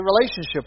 relationship